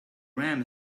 ram